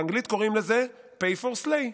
באנגלית קוראים לזה pay for slay.